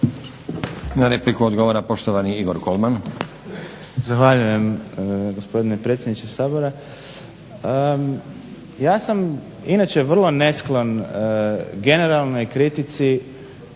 Na repliku odgovara poštovani Igor Kolman. **Kolman, Igor (HNS)** Zahvaljujem gospodine potpredsjedniče Sabora. Ja sam inače vrlo nesklon generalnoj kritici